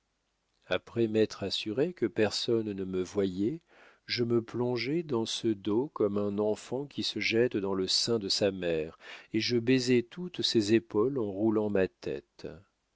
après m'être assuré que personne ne me voyait je me plongeai dans ce dos comme un enfant qui se jette dans le sein de sa mère et je baisai toutes ces épaules en y roulant ma tête